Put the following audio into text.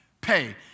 Pay